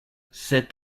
sept